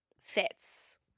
fits